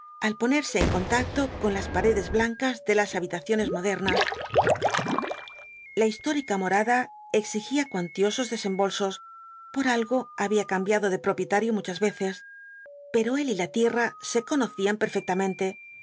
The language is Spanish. al ponerse en contacto con las paredes blancas de las habitaciones modernas la histórica morada exigía cuantiosos desembolsos por algo había cambiado de propietario muchas veces pero él y la tierra se conocían perfectamente